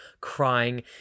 crying